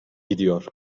gidiyor